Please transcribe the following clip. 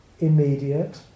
Immediate